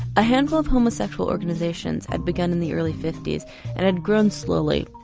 a handful of homosexual organisations had begun in the early fifty s and had grown slowly,